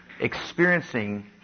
experiencing